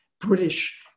British